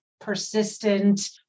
persistent